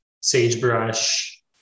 sagebrush